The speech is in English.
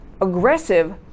aggressive